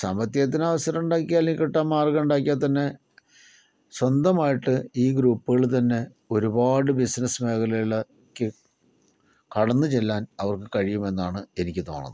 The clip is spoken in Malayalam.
സാമ്പത്തികത്തിന് അവസരം ഉണ്ടാക്കിയാല് കിട്ടാൻ മാർഗ്ഗമുണ്ടാക്കിയാൽ തന്നെ സ്വന്തമായിട്ട് ഈ ഗ്രൂപ്പുകള് തന്നെ ഒരുപാട് ബിസിനസ് മേഖലകളിലേക്ക് കടന്നു ചെല്ലാൻ അവർക്ക് കഴിയുമെന്നാണ് എനിക്ക് തോന്നുന്നത്